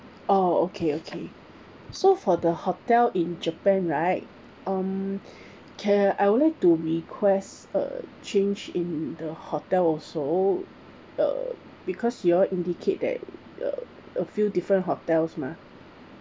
orh okay okay so for the hotel in japan right um okay I would like to request a change in the hotel also uh because you indicate that uh a few different hotels mah